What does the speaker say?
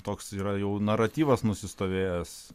toks yra jau naratyvas nusistovėjęs